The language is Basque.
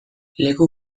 leku